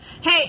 Hey